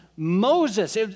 Moses